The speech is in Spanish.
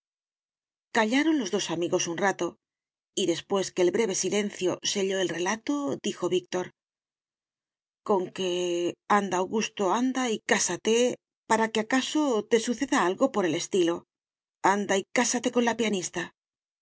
callaron los dos amigos un rato y después que el breve silencio selló el relato dijo víctor conque anda augusto anda y cásate para que acaso te suceda algo por el estilo anda y cásate con la pianista